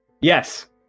Yes